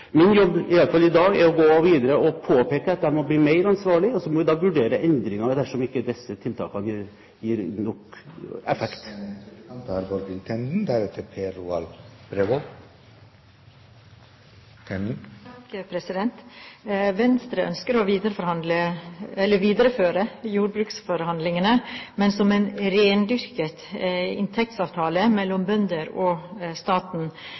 Min jobb, iallfall i dag, er å gå videre og påpeke at de må bli mer ansvarlige, og så må vi vurdere endringer dersom ikke disse tiltakene gir nok effekt. Venstre ønsker å videreføre jordbruksforhandlingene, men som en rendyrket inntektsavtale mellom bønder og staten.